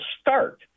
start